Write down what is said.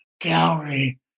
gallery